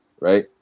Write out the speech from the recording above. right